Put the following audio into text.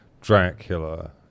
Dracula